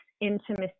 intimacy